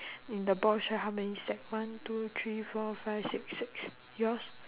in the box right how many set one two three four five six six yours